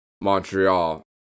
Montreal